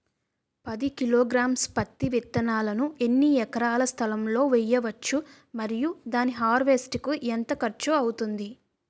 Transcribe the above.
పది కిలోగ్రామ్స్ పత్తి విత్తనాలను ఎన్ని ఎకరాల స్థలం లొ వేయవచ్చు? మరియు దాని హార్వెస్ట్ కి ఎంత ఖర్చు అవుతుంది?